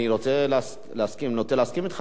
אני נוטה להסכים אתך.